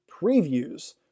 previews